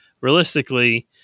realistically